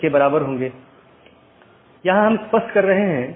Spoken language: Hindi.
इसलिए जब ऐसी स्थिति का पता चलता है तो अधिसूचना संदेश पड़ोसी को भेज दिया जाता है